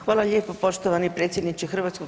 Hvala lijepo poštovani predsjedniče HS.